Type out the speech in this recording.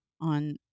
on